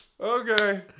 Okay